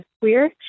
queer